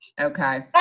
okay